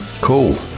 Cool